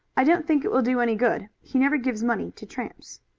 i don't think it will do any good. he never gives money to tramps.